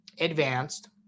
advanced